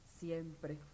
siempre